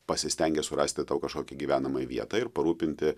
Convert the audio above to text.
pasistengia surasti tau kažkokį gyvenamąją vietą ir parūpinti